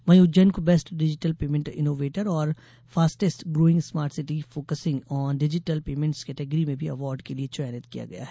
वहीं उज्जैन को best digital payment innovator और fastest growing smart city focusing on digital payments category में भी अवार्ड के लिये चयनित किया गया है